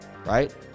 Right